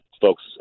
folks